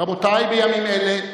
רבותי, בימים אלה,